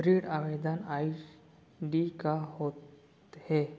ऋण आवेदन आई.डी का होत हे?